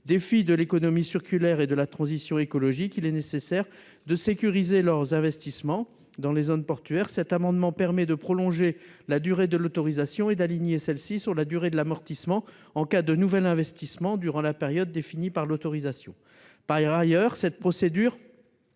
défis de l'économie circulaire et de la transition écologique, il est nécessaire de sécuriser leurs investissements dans les zones portuaires. Cet amendement vise à prolonger la durée de l'autorisation et à l'aligner sur celle de l'amortissement, en cas de nouvel investissement durant la période définie par l'autorisation. Par ailleurs, cette disposition,